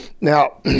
Now